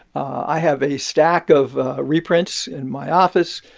i have a stack of reprints in my office,